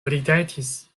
ridetis